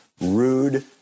rude